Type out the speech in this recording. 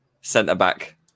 centre-back